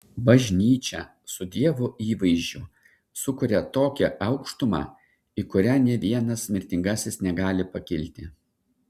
bažnyčia su dievo įvaizdžiu sukuria tokią aukštumą į kurią nė vienas mirtingasis negali pakilti